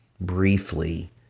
briefly